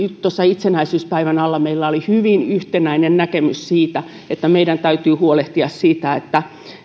tuossa itsenäisyyspäivän alla meillä oli hyvin yhtenäinen näkemys siitä että meidän täytyy huolehtia siitä